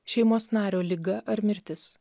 šeimos nario liga ar mirtis